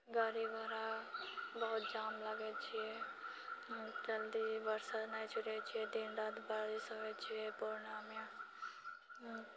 गाड़ी घोड़ा बहुत जाम लागै छिऐ जल्दी बरसा नहि छुटै छिऐ दिन राति बारिश होइ छिऐ पूर्णियाँमे